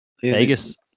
Vegas